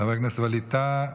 חבר הכנסת ווליד טאהא,